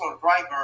driver